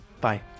Bye